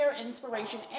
inspiration